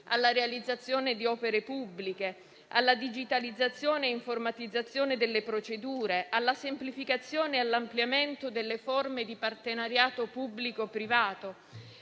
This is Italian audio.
alla realizzazione di opere pubbliche, alla digitalizzazione e informatizzazione delle procedure, alla semplificazione e all'ampliamento delle forme di partenariato pubblico-privato.